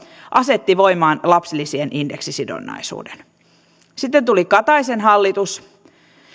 asetti kaksituhattayksitoista voimaan lapsilisien indeksisidonnaisuuden sitten tuli kataisen hallitus